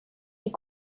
est